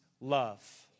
love